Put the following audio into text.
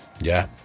Yeah